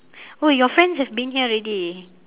oh your friends have been here already